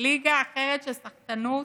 ליגה אחרת של סחטנות,